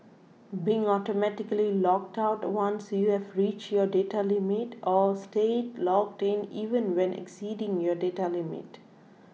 being automatically logged out once you've reached your data limit or staying logged in even when exceeding your data limit